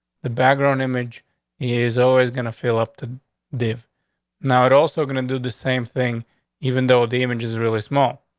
the background image is always gonna fill up to the now it also gonna do the same thing even though the image is really small.